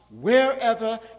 wherever